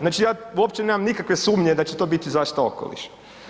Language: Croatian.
Znači ja uopće nemam nikakve sumnje da će to biti zaštita okoliša.